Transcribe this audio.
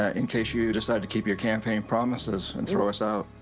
ah in case you you decide to keep your campaign promises and throw us out.